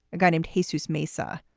a guy named hayseeds mesa,